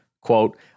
Quote